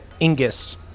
Ingus